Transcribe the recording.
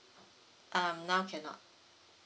uh now cannot